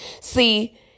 See